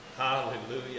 Hallelujah